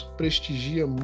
prestigia